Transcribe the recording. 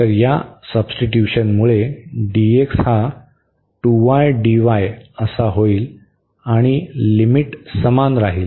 तर सब्स्टिट्युशनमुळे dx हा होईल आणि लिमिट समान राहील